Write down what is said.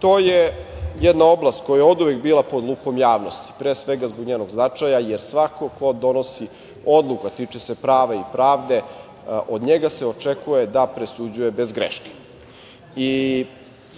To je jedna oblast koja je oduvek bila pod lupom javnosti, pre svega zbog njenog značaja, jer svako ko donosi odluku a tiče se prava i pravde, od njega se očekuje da presuđuje bez greške.